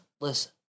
listen